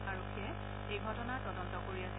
আৰক্ষীয়ে এই ঘটনাৰ তদন্ত কৰি আছে